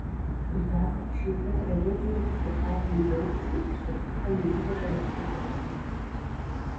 jav šiurpia tragedija ketvirtadienį baigėsi užsakyto nedidelio lėktuvo skrydis